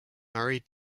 murray